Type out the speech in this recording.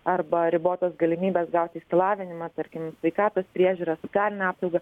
arba ribotos galimybės gauti išsilavinimą tarkim sveikatos priežiūros socialinę apsaugą